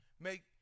make